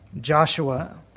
Joshua